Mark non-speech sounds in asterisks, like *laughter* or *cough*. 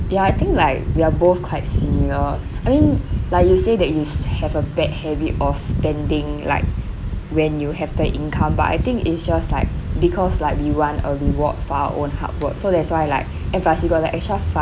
ya I think like we are both quite similar I mean like you say that you *noise* have a bad habit of spending like when you have the income but I think it's just like because like we want a reward for our own hard work so that's why like and plus you got like extra fund